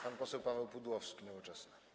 Pan poseł Paweł Pudłowski, Nowoczesna.